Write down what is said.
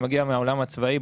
אני מגיע מהעולם הצבאי.